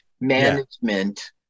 management